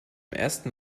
ersten